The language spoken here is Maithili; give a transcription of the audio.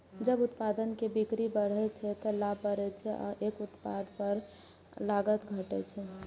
जब उत्पाद के बिक्री बढ़ै छै, ते लाभ बढ़ै छै आ एक उत्पाद पर लागत घटै छै